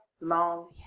long